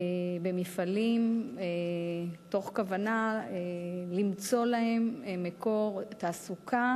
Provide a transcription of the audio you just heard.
במפעלים, מתוך כוונה למצוא להן מקור תעסוקה